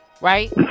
Right